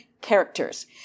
characters